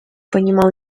понимал